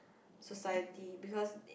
society because